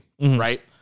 right